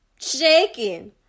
shaking